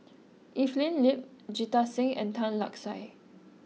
Evelyn Lip Jita Singh and Tan Lark Sye